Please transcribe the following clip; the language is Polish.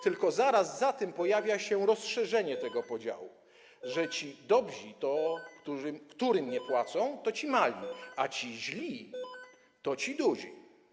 Tylko zaraz za tym pojawia się rozszerzenie tego podziału, że ci dobrzy, którym nie płacą, to ci mali, a ci źli to ci duzi.